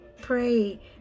Pray